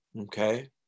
Okay